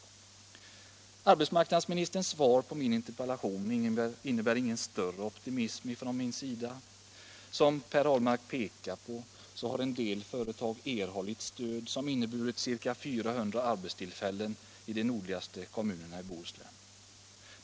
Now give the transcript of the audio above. Arbetsmarknadsministerns svar på min interpellation inger mig ingen större optimism. Som Per Ahlmark pekar på har vissa företag fått stöd, vilket inneburit ca 400 arbetstillfällen i de nordligaste kommunerna i Bohuslän.